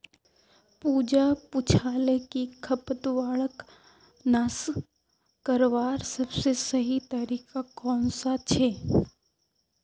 पूजा पूछाले कि खरपतवारक नाश करवार सबसे सही तरीका कौन सा छे